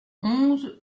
onze